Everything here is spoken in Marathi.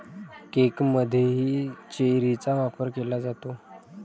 केकमध्येही चेरीचा वापर केला जातो